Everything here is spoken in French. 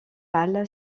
pâle